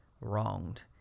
wronged